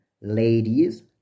ladies